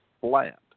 flat